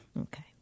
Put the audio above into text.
Okay